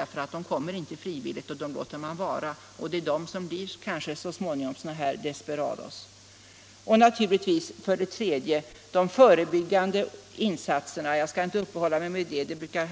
därför att de inte kommer frivilligt. Dem låter man därför vara, — Nr 32 och det är kanske de som så småningom blir sådana här desperados. Tisdagen den En tredje fråga är naturligtvis de förebyggande insatserna. Jag skall 2 december 1975 inte uppehålla mig vid dem.